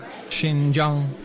Xinjiang